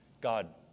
God